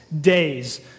days